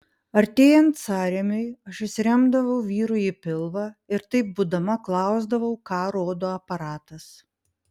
artėjant sąrėmiui aš įsiremdavau vyrui į pilvą ir taip būdama klausdavau ką rodo aparatas